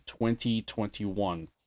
2021